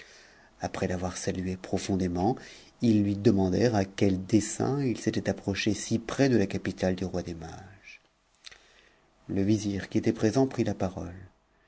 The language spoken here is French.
après l'avoir salue p dément ils lui demandèrent à quel dessein it s'était approché si près de la capitale du roi des mages p t'and vizir qui était présent prit la parole